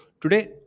today